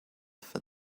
for